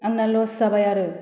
आंना लस जाबाय आरो